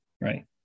right